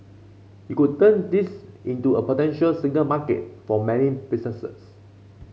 it could turn this into a potential single market for many businesses